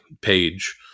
page